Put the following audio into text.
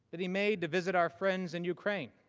that he made to visit our friends in ukraine.